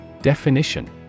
Definition